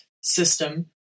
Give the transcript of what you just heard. system